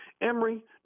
Emory